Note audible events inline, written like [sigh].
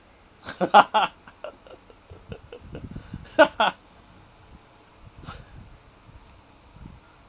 [laughs]